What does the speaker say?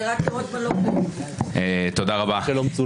תודה רבה.